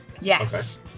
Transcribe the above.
Yes